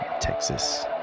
Texas